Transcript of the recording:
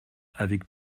avec